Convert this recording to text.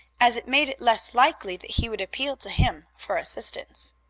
as it made it less likely that he would appeal to him for assistance.